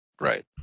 right